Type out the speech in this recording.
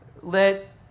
let